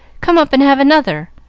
come up and have another.